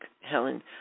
Helen